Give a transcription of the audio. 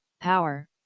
power